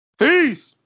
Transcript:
peace